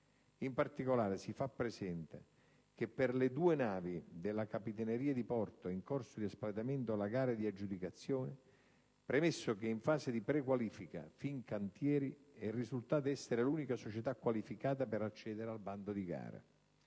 In particolare, si fa presente che per le due navi della capitaneria di porto è in corso di espletamento la gara di aggiudicazione, premesso che, in fase di prequalifica, Fincantieri è risultata essere l'unica società qualificata per accedere al bando di gara,